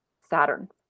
Saturn